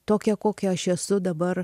tokia kokia aš esu dabar